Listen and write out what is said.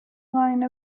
line